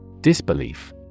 Disbelief